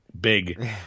big